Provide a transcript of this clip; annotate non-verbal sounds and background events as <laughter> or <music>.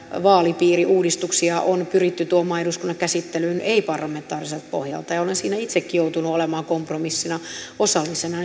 vaalipiiriuudistuksia on pyritty tuomaan eduskunnan käsittelyyn ei parlamentaariselta pohjalta ja olen siinä itsekin joutunut olemaan kompromissiin osallisena <unintelligible>